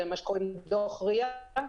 דוח ריה,